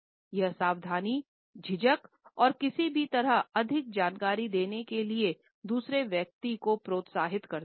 यह सावधानी झिझक और किसी भी तरह अधिक जानकारी देने के लिए दूसरे व्यक्ति को प्रोत्साहित करती है